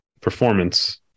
performance